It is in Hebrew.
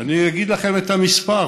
אני אגיד לכם את המספר,